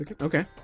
okay